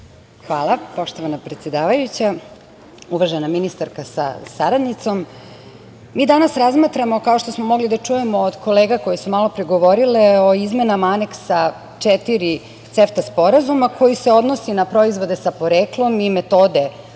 Hvala. Poštovana predsedavajuća, uvažena ministarka sa saradnicom, mi danas razmatramo, kao što smo mogli da čujemo od kolega koje su malopre govorile o izmenama aneksa četiri CEFTA sporazuma, koji se odnosi na proizvode sa poreklom i metode